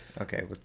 Okay